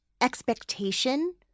expectation